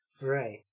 Right